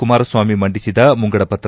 ಕುಮಾರಸ್ವಾಮಿ ಮಂಡಿಸಿದ ಮುಂಗಡ ಪತ್ರ